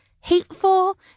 hateful